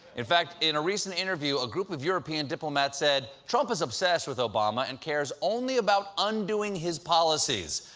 in fact, in a recent interview, a group of european diplomats said, trump is obsessed with obama and cares only about undoing his policies.